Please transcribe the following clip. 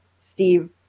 Steve